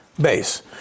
base